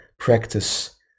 practice